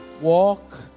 walk